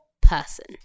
person